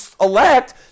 elect